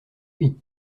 lui